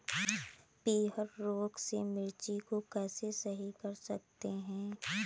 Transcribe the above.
पीहर रोग से मिर्ची को कैसे सही कर सकते हैं?